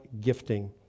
gifting